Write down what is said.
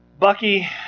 Bucky